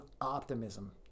optimism